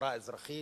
חברה אזרחית,